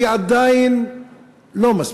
היא עדיין לא מספקת.